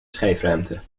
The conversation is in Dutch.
schijfruimte